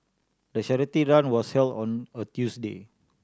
the charity run was held on a Tuesday